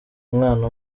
umwana